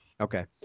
Okay